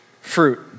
fruit